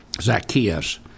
Zacchaeus